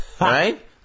Right